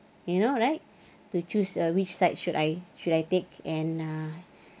you know right to choose uh which sides should I should I take and uh